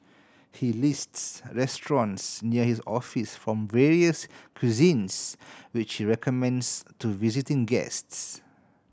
he lists restaurants near his office from various cuisines which recommends to visiting guests